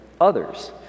others